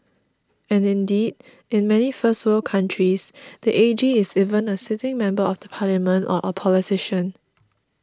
and indeed in many first world countries the A G is even a sitting member of the parliament or a politician